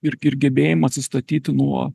ir ir gebėjimą atsistatyti nuo